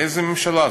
איזו ממשלה?